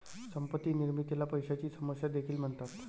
संपत्ती निर्मितीला पैशाची समस्या देखील म्हणतात